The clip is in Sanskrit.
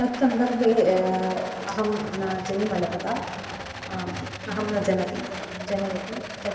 तत् सन्दर्भे अहं न जनिमलभत अहं न जानाति जनयति तत्